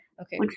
Okay